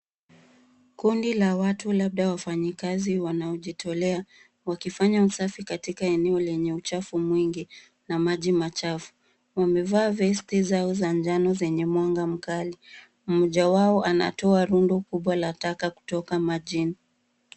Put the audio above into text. Kundi la watu labda wafanyikazi wanaojitolea wakifanya usafi katika eneo lenye uchafu mwingi na maji machafu. Wamevaa vesti zao za njano zenye mwanga mkali. Mmoja wao anatoa rundo kubwa la taka kutoka majini.